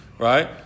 Right